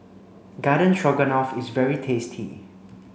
Garden Stroganoff is very tasty